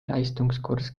leistungskurs